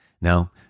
Now